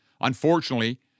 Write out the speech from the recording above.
Unfortunately